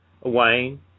Wayne